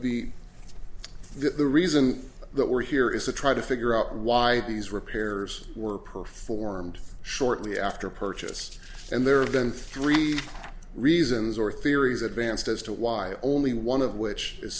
that the reason that we're here is to try to figure out why these repairs were performed shortly after purchase and there have been three reasons or theories advanced as to why only one of which is